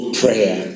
prayer